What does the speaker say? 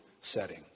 setting